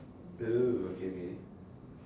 oh okay okay